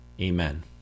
Amen